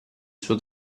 suo